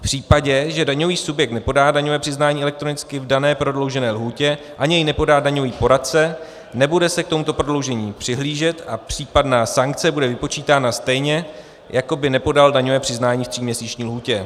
V případě, že daňový subjekt nepodá daňové přiznání elektronicky v dané prodloužené lhůtě a ani je nepodá daňový poradce, nebude se k tomuto prodloužení přihlížet a případná sankce bude vypočítána stejně, jako by nepodal daňové přiznání v tříměsíční lhůtě.